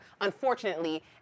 unfortunately